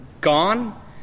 gone